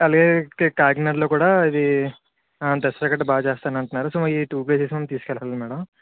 అలాగే కాకినాడలో కూడా ఇది దసరా గట్టా బాగా చేస్తారంటున్నారు సో ఈ టూ ప్లేసెస్కి మమ్మల్ని తీసుకెళ్లాలి మ్యాడమ్